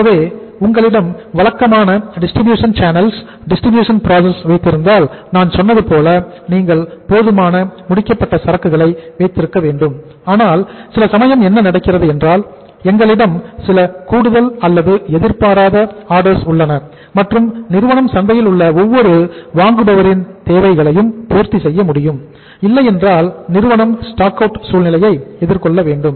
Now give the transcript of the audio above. ஆகவே உங்களிடம் வழக்கமான டிஸ்ட்ரிபியூஷன் சேனல்ஸ் சூழ்நிலையை எதிர்கொள்ள வேண்டும்